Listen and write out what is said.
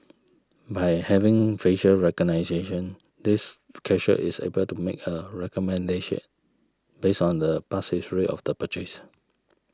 by having facial recognition this cashier is able to make a recommendation based on the past history of the purchase